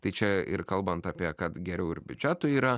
tai čia ir kalbant apie kad geriau ir biudžetui yra